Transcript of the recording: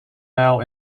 now